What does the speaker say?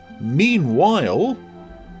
Meanwhile